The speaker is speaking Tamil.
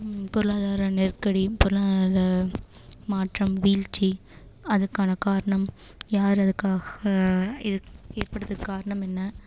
பொருளாதார நெருக்கடி பொருளாதார மாற்றம் வீழ்ச்சி அதுக்கான காரணம் யார் அதுக்காக இது ஏற் ஏற்படுறதுக்குக் காரணம் என்ன